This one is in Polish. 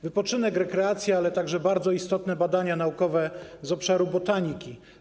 Wypoczynek, rekreacja, ale także bardzo istotne badania naukowe z obszaru botaniki.